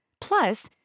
Plus